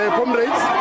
comrades